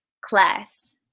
class